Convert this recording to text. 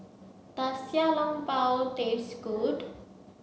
does Xiao Long Bao taste good